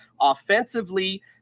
offensively